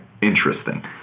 Interesting